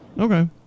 Okay